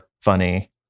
funny